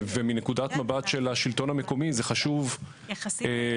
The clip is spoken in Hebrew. ומנקודת מבט של השלטון המקומי זה חשוב גם